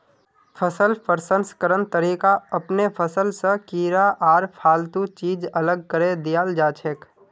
फसल प्रसंस्करण तरीका अपनैं फसल स कीड़ा आर फालतू चीज अलग करें दियाल जाछेक